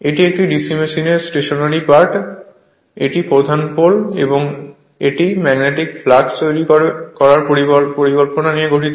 এটি একটি DC মেশিনের স্টেশনারি পার্ট এটি প্রধান পোল এবং এটি ম্যাগনেটিক ফ্লাক্স তৈরি করার পরিকল্পিত নিয়ে গঠিত